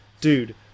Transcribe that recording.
Dude